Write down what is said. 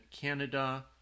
Canada